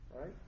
Right